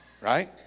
Right